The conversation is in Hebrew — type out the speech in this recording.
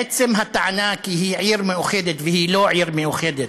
עצם הטענה כי העיר מאוחדת, והיא לא עיר מאוחדת,